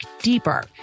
deeper